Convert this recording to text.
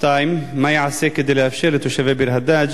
2. מה ייעשה כדי לאפשר לתושבי ביר-הדאג'